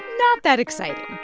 not that exciting,